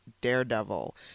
Daredevil